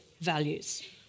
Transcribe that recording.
values